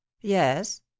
Yes